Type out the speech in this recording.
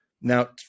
Now